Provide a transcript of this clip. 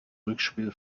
rückspiel